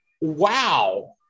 wow